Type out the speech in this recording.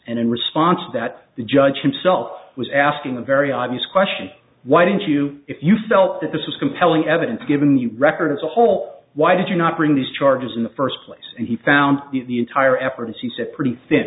and in response that the judge himself was asking a very obvious question why didn't you if you felt that this was compelling evidence given your record as a whole why did you not bring these charges in the first place and he found the entire effort as he said pretty thin